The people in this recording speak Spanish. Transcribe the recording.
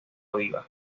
viva